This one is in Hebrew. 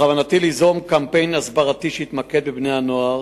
בכוונתי ליזום קמפיין הסברתי שיתמקד בבני הנוער,